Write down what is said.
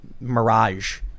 mirage